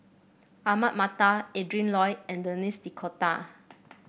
Ahmad Mattar Adrin Loi and Denis D'Cotta